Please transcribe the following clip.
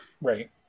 Right